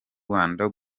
rwanda